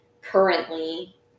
currently